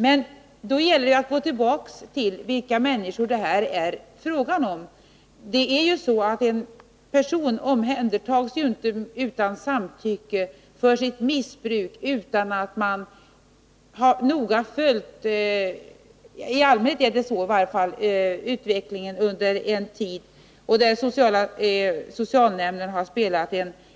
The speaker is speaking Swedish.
Men då gäller det att gå tillbaka och se vilka människor det här är fråga om. En person omhändertas ju inte för sitt missbruk utan samtycke — i allmänhet är det så i varje fall — utan att man noga följt utvecklingen under en tid, varvid socialnämnden har spelat